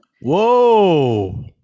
Whoa